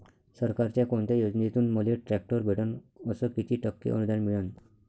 सरकारच्या कोनत्या योजनेतून मले ट्रॅक्टर भेटन अस किती टक्के अनुदान मिळन?